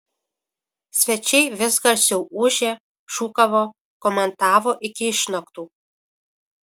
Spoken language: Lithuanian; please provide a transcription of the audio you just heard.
svečiai vis garsiau ūžė šūkavo komentavo iki išnaktų